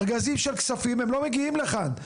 ארגזים של כספים, הם לא מגיעים לכאן,